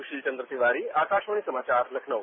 सुशील चंद तिवारी आकासवाणी समाचार लखनऊ